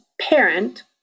parent